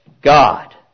God